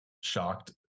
shocked